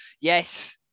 Yes